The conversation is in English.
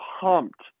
pumped